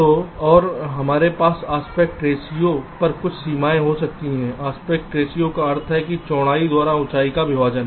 तो और हमारे पास आस्पेक्ट रेश्यो पर कुछ सीमाएं हो सकती हैं आस्पेक्ट रेश्यो का अर्थ है चौड़ाई द्वारा ऊँचाई का विभाजन